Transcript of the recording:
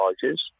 charges